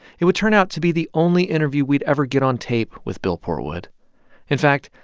it would turn out to be the only interview we'd ever get on tape with bill portwood in fact,